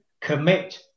commit